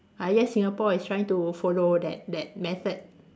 I guess Singapore is trying to follow that that method